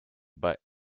but